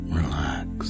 relax